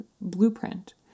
blueprint